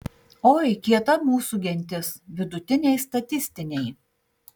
oi kieta mūsų gentis vidutiniai statistiniai